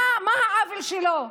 מה העוול שלו?